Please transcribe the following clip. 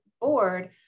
board